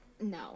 no